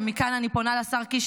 ומכאן אני פונה לשר קיש,